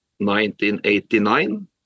1989